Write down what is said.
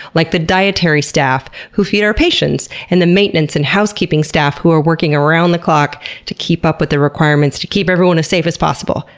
like the dietary staff who feed our patients, and the maintenance and housekeeping staff who are working around the clock to keep up with the requirements to keep everyone as safe as possible.